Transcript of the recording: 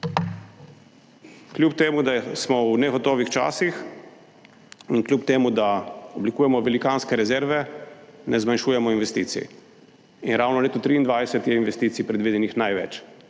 Kljub temu, da smo v negotovih časih in kljub temu, da oblikujemo velikanske rezerve, ne zmanjšujemo investicij in ravno leto 2023 je investicij predvidenih največ,